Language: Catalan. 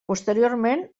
posteriorment